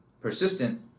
persistent